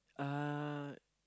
uh